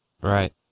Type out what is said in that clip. Right